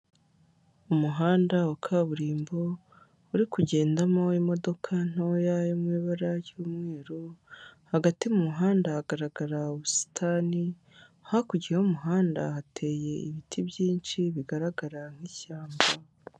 Umuhanda wa kaburimbo ,uri kugendamo imodoka ntoya, yo mu ibara ry'umweru; hagati mu muhanda hagaragara ubusitani, hakurya y'umuhanda hateye ibiti byinshi bigaragara nk'ishyamba.